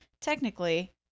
technically